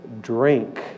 drink